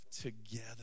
together